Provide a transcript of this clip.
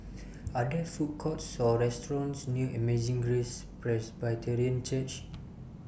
Are There Food Courts Or restaurants near Amazing Grace Presbyterian Church